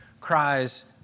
cries